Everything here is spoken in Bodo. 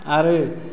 आरो